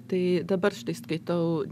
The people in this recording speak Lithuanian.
tai dabar štai skaitau